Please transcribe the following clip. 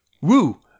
woo